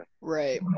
Right